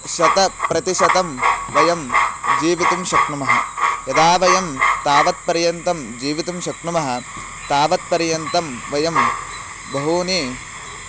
शतप्रतिशतं वयं जीवितुं शक्नुमः यदा वयं तावत्पर्यन्तं जीवितुं शक्नुमः तावत्पर्यन्तं वयं बहूनि